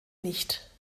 nicht